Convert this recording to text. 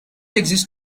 exists